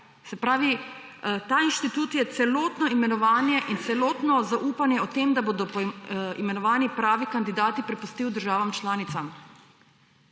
Se pravi, ta institut je celotno imenovanje in celotno zaupanje o tem, da bodo imenovani pravi kandidati, prepustil državam članicam.